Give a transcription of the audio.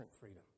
freedom